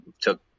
took